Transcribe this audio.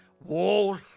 Wall